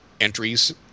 entries